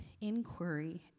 inquiry